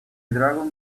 dragon